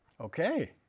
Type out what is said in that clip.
Okay